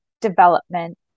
Development